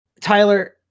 Tyler